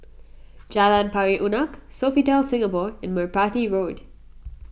Jalan Pari Unak Sofitel Singapore and Merpati Road